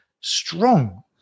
strong